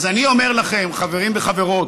אז אני אומר לכם, חברים וחברות: